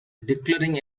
declaring